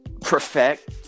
perfect